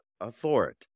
authority